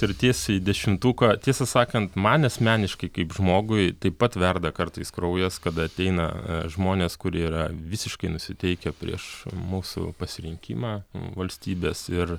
ir tiesiai į dešimtuką tiesą sakant man asmeniškai kaip žmogui taip pat verda kartais kraujas kada ateina žmonės kurie yra visiškai nusiteikę prieš mūsų pasirinkimą valstybės ir